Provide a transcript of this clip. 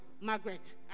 Margaret